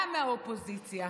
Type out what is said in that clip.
גם מהאופוזיציה.